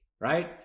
right